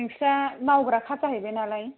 नोंस्रा मावग्राखा जाहैबाय नालाय